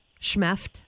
schmeft